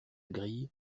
grille